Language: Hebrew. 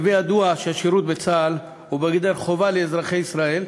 להווי ידוע שהשירות בצה"ל הוא בגדר חובה לאזרחי ישראל.